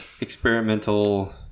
experimental